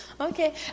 Okay